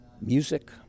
music